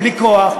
בלי כוח,